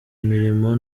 imirimo